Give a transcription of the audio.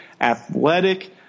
Athletic